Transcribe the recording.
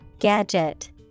Gadget